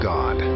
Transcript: God